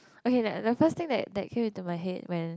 okay the the first thing that came into my head when